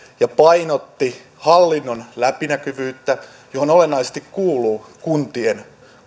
ja painotti hallinnon läpinäkyvyyttä johon olennaisesti kuuluu kuntien